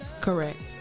Correct